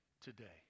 Today